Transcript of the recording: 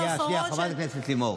שנייה, חברת הכנסת לימור.